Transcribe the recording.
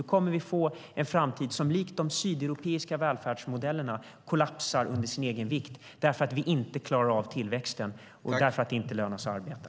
Då kommer vi att få en framtid där välfärden, likt de sydeuropeiska välfärdsmodellerna, kollapsar under sin egen vikt, därför att vi inte klarar av tillväxten och därför att det inte lönar sig att arbeta.